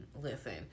listen